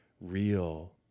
real